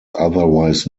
otherwise